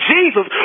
Jesus